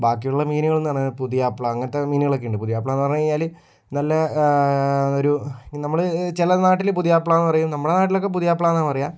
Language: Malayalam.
ബാക്കിയുള്ള മീനുകളെന്നു പറഞ്ഞാൽ പുതിയാപ്പള അങ്ങനത്തെ മീനുകളൊക്കെയുണ്ട് പുതിയാപ്പളയെന്ന് പറഞ്ഞുകഴിഞ്ഞാല് നല്ല ഒരു നമ്മള് ചില നാട്ടിൽ പുതിയാപ്പളാന്ന് പറയും നമ്മുടെ നാട്ടിലൊക്കെ പുതിയാപ്പളയെന്നാണ് പറയുക